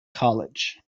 college